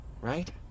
Right